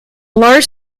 large